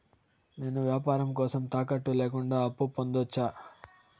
నేను వ్యాపారం కోసం తాకట్టు లేకుండా అప్పు పొందొచ్చా?